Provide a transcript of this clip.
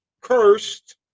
Cursed